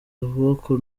ukuboko